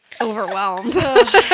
overwhelmed